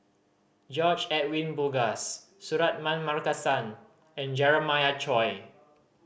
George Edwin Bogaars Suratman Markasan and Jeremiah Choy